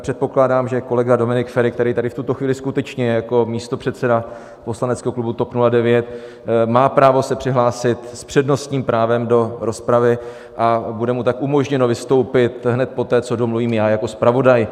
Předpokládám, že kolega Dominik Feri, který tady v tuto chvíli skutečně je jako místopředseda poslaneckého klubu TOP 09, má právo se přihlásit s přednostním právem do rozpravy, a bude mu tak umožněno vystoupit hned poté, co domluvím já jako zpravodaj.